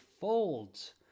folds